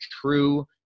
true